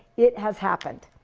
it has happened.